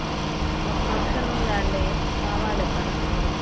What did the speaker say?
మాకు ఫంక్షన్ ఉందండి కావాలి పద్నాలుగు